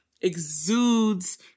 exudes